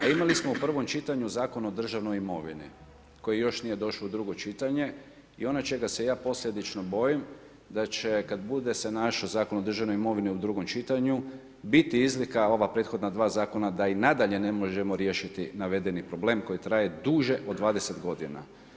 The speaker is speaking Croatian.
A imali smo u prvom čitanju Zakon o državnoj imovini koji još nije došao u drugo čitanje i ono čega se ja posljedično bojim da će kada bude se našao Zakon o državnoj imovini u drugoj čitanju biti izlika ova dva prethodna dva zakona da i nadalje ne možemo riješiti navedeni problem koji traje duže od 20 godina.